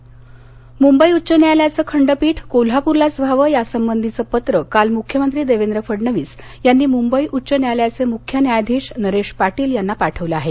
कोल्हापर मुंबई उच्च न्यायालयाचं खंडपीठ कोल्हापूरलाच व्हावं यासंबंधीचं पत्र काल मुख्यमंत्री देवेंद्र फडणवीस यांनी मुंबई उच्च न्यायालयाचे मुख्य न्यायाधीश नरेश पाटील यांना पाठवलं आहे